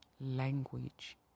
language